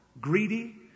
greedy